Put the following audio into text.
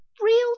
real